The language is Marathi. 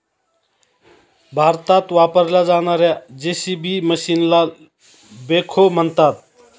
भारतात वापरल्या जाणार्या जे.सी.बी मशीनला बेखो म्हणतात